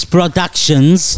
Productions